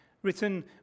written